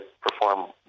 perform